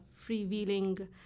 freewheeling